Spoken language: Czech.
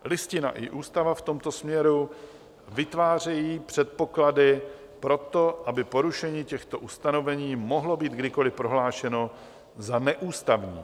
Listina i ústava v tomto směru vytvářejí předpoklady pro to, aby porušení těchto ustanovení mohlo být kdykoli prohlášeno za neústavní.